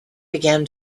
began